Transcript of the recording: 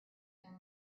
turn